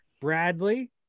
bradley